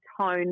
tone